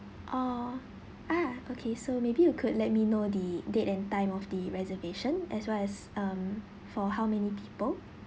oh ah okay so maybe you could let me know the date and time of the reservation as well as um for how many people